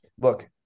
look